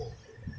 pause pause pause